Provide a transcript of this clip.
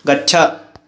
गच्छ